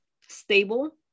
stable